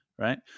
Right